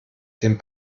den